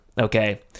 Okay